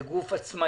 זה גוף עצמאי?